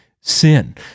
sin